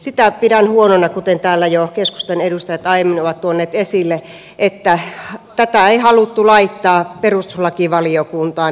sitä pidän huonona kuten täällä jo keskustan edustajat aiemmin ovat tuoneet esille että tätä ei haluttu laittaa perustuslakivaliokuntaan